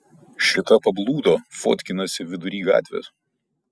šita pablūdo fotkinasi vidury gatvės